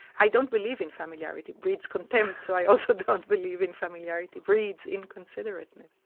i don't believe in familiarity breeds contempt, so i also don't believe in familiarity breeds inconsiderateness.